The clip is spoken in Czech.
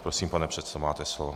Prosím, pane předsedo, máte slovo.